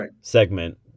segment